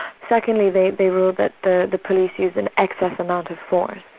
secondly, they they ruled that the the police use an excess amount of force,